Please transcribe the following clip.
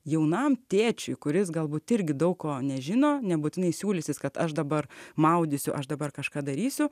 jaunam tėčiui kuris galbūt irgi daug ko nežino nebūtinai siūlysis kad aš dabar maudysiu aš dabar kažką darysiu